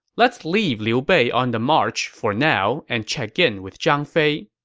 let's leave liu bei on the march for now and check in with zhang fei.